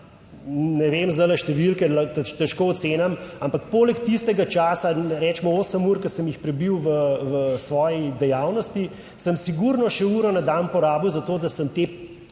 ne vem, zdaj številke težko ocenim, ampak poleg tistega časa, recimo osem ur, ki sem jih prebil v svoji dejavnosti, sem sigurno še uro na dan porabil za to, da sem to